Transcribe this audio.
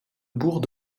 bourg